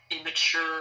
immature